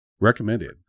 recommended